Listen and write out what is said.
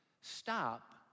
stop